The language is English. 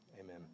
Amen